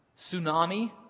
tsunami